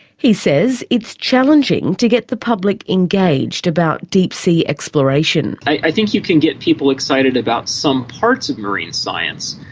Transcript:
he says it's challenging to get the public engaged about deep sea exploration. i think you can get people excited about some parts of marine science.